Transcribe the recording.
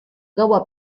gaua